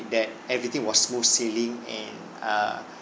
that everything was smooth sailing and uh